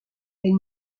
est